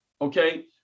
Okay